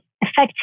effective